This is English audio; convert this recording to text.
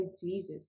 Jesus